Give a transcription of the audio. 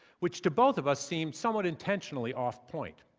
which, to both of us, seems somewhat intentionally off point.